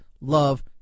love